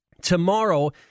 tomorrow